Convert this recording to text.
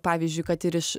pavyzdžiui kad ir iš